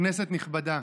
כנסת נכבדה,